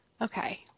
Okay